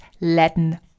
Latin